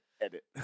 edit